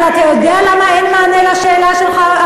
אבל אתה יודע למה אין מענה על השאלה שלך,